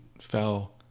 fell